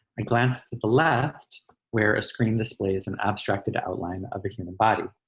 i glance to the left where a screen displays an abstracted outline of the human body